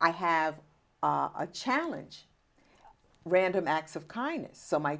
i have our challenge random acts of kindness so my